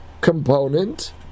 component